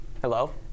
Hello